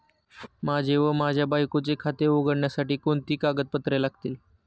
माझे व माझ्या बायकोचे खाते उघडण्यासाठी कोणती कागदपत्रे लागतील?